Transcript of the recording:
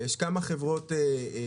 יש כמה חברות בישראל,